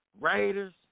Raiders